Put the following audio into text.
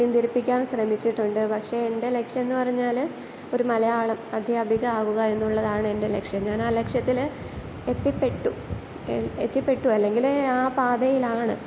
പിന്തിരിപ്പിക്കാൻ ശ്രമിച്ചിട്ടുണ്ട് പക്ഷേ എൻ്റെ ലക്ഷ്യം എന്ന് പറഞ്ഞാൽ ഒരു മലയാളം അധ്യാപിക ആവുക എന്നുള്ളതാണ് എൻ്റെ ലക്ഷ്യം ഞാൻ ആ ലക്ഷ്യത്തിൽ എത്തിപ്പെട്ടു എത്തിപ്പെട്ടു അല്ലെങ്കിൽ ആ പാതയിലാണ്